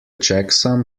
checksum